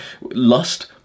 lust